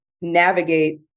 navigate